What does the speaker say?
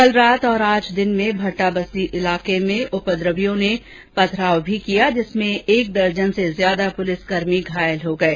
कल रात और आज दिन में भट्टा बस्ती इलाके में उपद्रवियों द्वारा पथराव किया गया जिसमें एक दर्जन से ज्यादा पुलिसकर्मी घायल हो गये